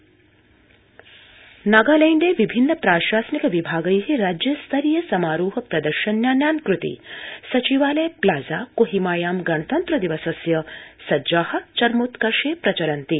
नागालैण्ड गणतन्त्रदिवस नागालैण्डे विभिन्न प्राशासनिक विभागै राज्य स्तरीय समारोह प्रदशन्यानानाञ्कृते सचिवालय प्लाजा कोहिमायां गणतन्त्र दिवसस्य सञ्जा चरमोत्कर्षे प्रचलन्ति